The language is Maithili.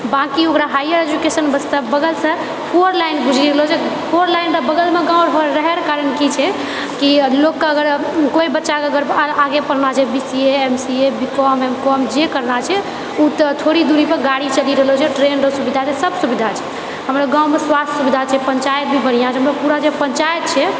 बाँकि ओकरा हाईअर एजुकेशन वास्ते बगलसे फोर लेन गुजरि रहलोछै फोर लेनके बगलमे गाँव रहैके कारण किछै कि लोगके अगर कोइ बच्चाके अगर आगे पढ़नाछै B C A M C A B Com M Com जे करनाछै ओ तऽ थोड़ी दूरी पर गाड़ी चलि रहलोछै ट्रेन चलि रहलोछै सब सुविधा छै हमरो गाँवमे स्वास्थ्य सुविधा छै पञ्चायत भी बढ़िआँ छै हमरो पूरा जे पञ्चायत छै